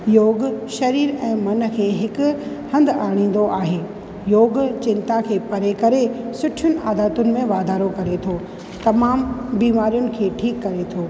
योगु शरीरु ऐं मन खे हिकु हंधु आणींदो आहे योगु चिंता खे परे करे सुठियुनि आदतुनि में वाधारो करे थो तमामु बीमारियुनि खे ठीकु करे थो